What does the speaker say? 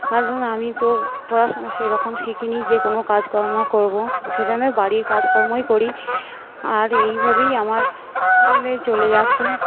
কারণ আমি তো পড়াশুনো সেই রকম শিখি নি যে কোনো কাজকর্ম করবো সেজন্যে বাড়ির কাজকর্মই করি আর এইভাবেই আমার চলে যাচ্ছে